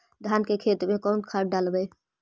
धान के खेत में कौन खाद डालबै?